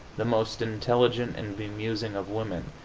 the most intelligent and bemusing of women.